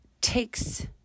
takes